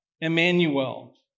Emmanuel